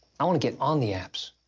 i wanna get on the apps.